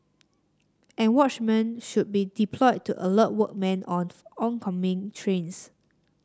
and watchmen should be deployed to alert workmen of oncoming trains